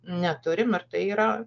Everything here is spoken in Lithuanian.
neturim ir tai yra